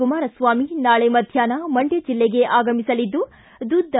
ಕುಮಾರಸ್ವಾಮಿ ನಾಳೆ ಮಧ್ಯಾಷ್ನ ಮಂಡ್ಯ ಜಿಲ್ಲೆಗೆ ಆಗಮಿಸಲಿದ್ದು ದುದ್ದ